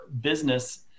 business